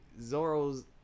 Zoro's